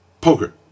poker